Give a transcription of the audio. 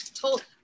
told